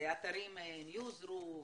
האתרים ניוזרו,